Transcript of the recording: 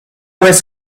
vez